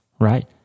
right